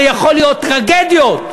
הרי יכולות להיות טרגדיות.